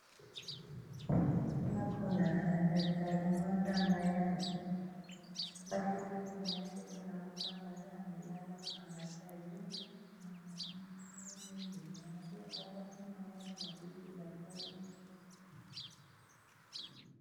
Hapa Kuna daktari moja ambaye amesimama alafu chini yake kuna mtu amelala kuangalia juu na amefungua mdomo wake alafu kuna kitu daktari anatumia.